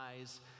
eyes